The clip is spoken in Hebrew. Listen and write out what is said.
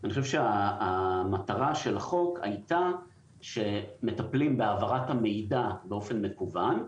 אני חושב שהמטרה של החוק הייתה שמטפלים בהעברת המידע באופן מקוון,